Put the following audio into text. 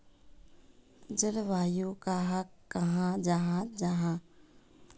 जलवायु कहाक कहाँ जाहा जाहा?